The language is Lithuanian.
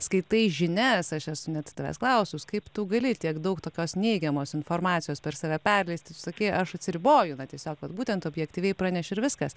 skaitai žinias aš esu net tavęs klausus kaip tu gali tiek daug tokios neigiamos informacijos per save perleisti tu sakei aš atsiriboju na tiesiog vat būtent objektyviai praneši ir viskas